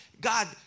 God